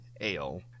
Ale